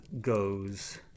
goes